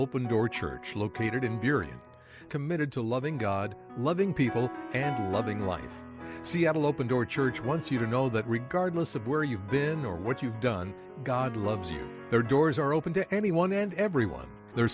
open door church located in period committed to loving god loving people and loving life seattle open door church wants you to know that regardless of where you've been or what you've done god loves you there doors are open to anyone and everyone their